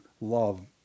love